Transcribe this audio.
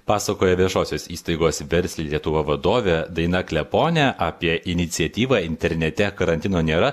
pasakoja viešosios įstaigos versli lietuva vadovė daina kleponė apie iniciatyvą internete karantino nėra